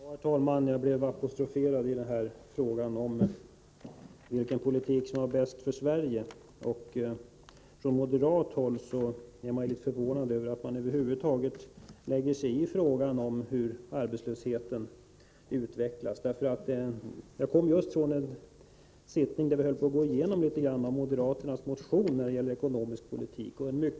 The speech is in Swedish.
Herr talman! Jag blev apostroferad i frågan om vilken politik som är bäst för Sverige. Jag är förvånad över att moderaterna över huvud taget lägger sig i frågan om hur arbetslösheten utvecklas. Jag kommer just från en sittning där vi gått igenom moderaternas motion när det gäller ekonomisk politik.